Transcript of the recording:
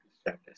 status